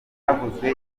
havuzwe